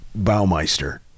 Baumeister